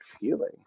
feeling